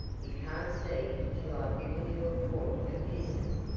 you can't see until i've given you a quart of kisses,